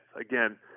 Again